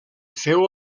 feu